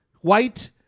white